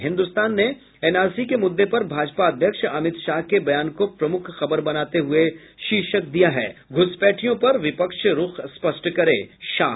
हिन्दुस्तान ने एनआरसी के मुद्दे पर भाजपा अध्यक्ष अमित शाह के बयान को प्रमुख खबर बनाते हुये शीर्षक दिया है घ्रसपैठियों पर विपक्ष रूख स्पष्ट करे शाह